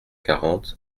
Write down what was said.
quarante